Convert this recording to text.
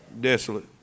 desolate